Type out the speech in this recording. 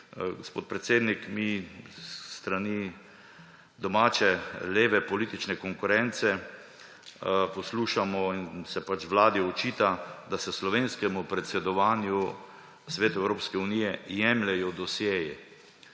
Gospod predsednik, mi s strani domače leve politične konkurence poslušamo in se pač vladi očita, da se slovenskemu predsedovanju Svetu Evropske unije jemljejo dosjeji.